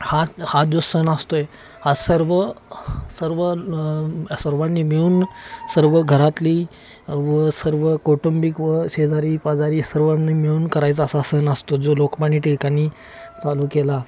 हा हा जो सण असतो आहे हा सर्व सर्व सर्वांनी मिळून सर्व घरातली व सर्व कौटुंबिक व शेजारी पाजारी सर्वांनी मिळून करायचा असा सण असतो जो लोकमान्य टिळकांनी चालू केला